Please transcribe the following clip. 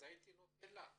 והייתי נותן לה לדבר.